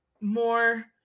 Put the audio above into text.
more